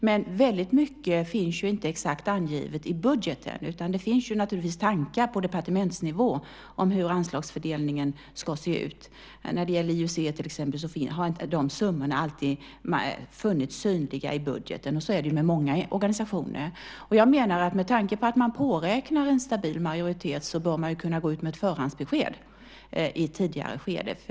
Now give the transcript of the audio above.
Men väldigt mycket finns ju inte exakt angivet i budgeten. Det finns naturligtvis tankar på departementsnivå om hur anslagsfördelningen ska se ut. När det gäller IUC till exempel har de summorna inte alltid funnits synliga i budgeten. Så är det ju med många organisationer. Jag menar att med tanke på att man påräknar en stabil majoritet bör man kunna gå ut med ett förhandsbesked i ett tidigare skede.